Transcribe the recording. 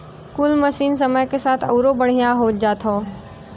कुल मसीन समय के साथ अउरो बढ़िया होत जात हौ